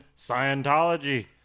Scientology